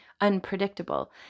unpredictable